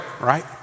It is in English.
right